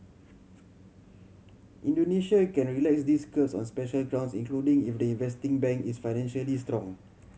Indonesia can relax these curbs on special grounds including if the investing bank is financially strong